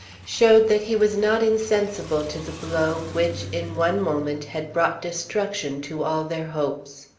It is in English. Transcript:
showed that he was not insensible to the blow which, in one moment, had brought destruction to all their hopes.